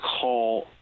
call